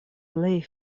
plej